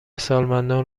سالمندان